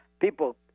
People